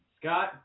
Scott